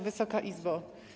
Wysoka Izbo!